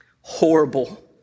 horrible